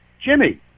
Jimmy